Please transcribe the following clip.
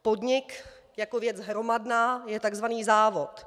Podnik jako věc hromadná je takzvaný závod.